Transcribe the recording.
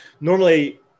Normally